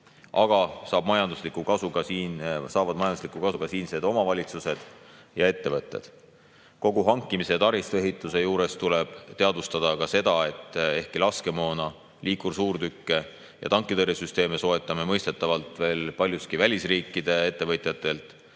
Aga majanduslikku kasu saavad ka siinsed omavalitsused ja ettevõtted. Kogu hankimise ja taristuehituse juures tuleb teadvustada seda, et ehkki laskemoona, liikursuurtükke ja tankitõrjesüsteeme soetame mõistetavalt veel paljuski välisriikide ettevõtjatelt,